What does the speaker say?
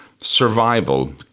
survival